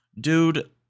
Dude